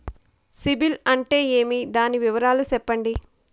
సిబిల్ అంటే ఏమి? దాని వివరాలు సెప్పండి?